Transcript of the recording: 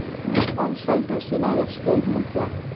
মোক অঞ্চলটোৰ চীনা ৰেষ্টুৰেণ্টসমূহ কোৱা